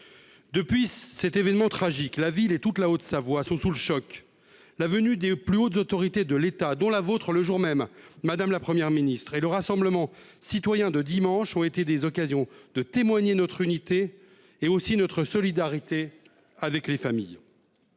Depuis cet événement tragique, la ville et toute la Haute-Savoie sont sous le choc. La venue des plus hautes autorités de l'État dont la vôtre le jour même madame, la Première ministre et le Rassemblement citoyen de dimanche ont été des occasions de témoigner notre unité est aussi notre solidarité avec les familles.